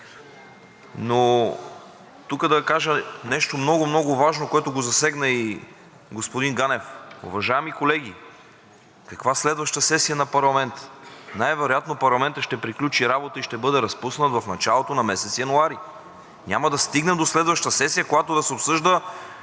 Но тук ще кажа и нещо много, много важно, което засегна и господин Ганев. Уважаеми колеги, каква следваща сесия на парламента?! Най-вероятно парламентът ще приключи работа и ще бъде разпуснат в началото на месец януари. Няма да се стигне до следваща сесия, когато да се обсъжда